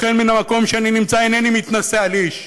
לכן, מהמקום שאני נמצא אינני מתנשא על איש,